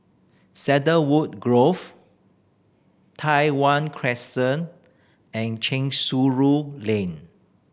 Cedarwood Grove Tai Hwan Crescent and Lane